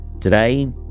Today